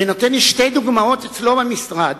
ונותן לי שתי דוגמאות אצלו במשרד,